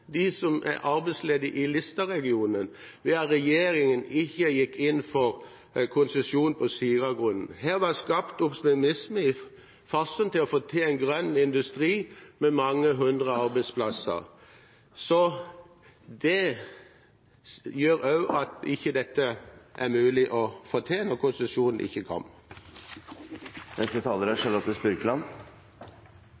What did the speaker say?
som er arbeidsledige i Lista-regionen, ved at regjeringen ikke gikk inn for konsesjon på Siragrunnen. Her var det skapt optimisme i Farsund om å få til en grønn industri med mange hundre arbeidsplasser. Det gjør også at dette ikke er mulig å få til – når konsesjonen ikke